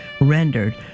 rendered